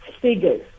figures